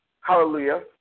hallelujah